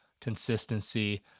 consistency